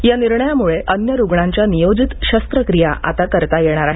या निर्णयामुळे अन्य रुग्णांच्या नियोजित शस्त्रक्रिया आता करता येणार आहेत